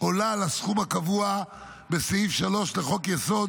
עולה על הסכום הקבוע בסעיף 3 לחוק-יסוד: